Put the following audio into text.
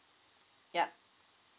yup